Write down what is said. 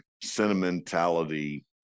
sentimentality